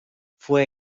fue